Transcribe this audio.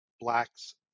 Blacks